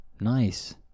Nice